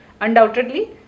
undoubtedly